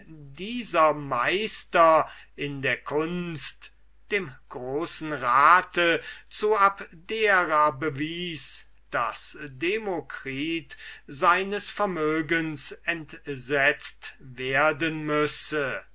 dieser meister in der kunst dem großen rate zu abdera bewies daß demokritus seines vermögens entsetzt werden müsse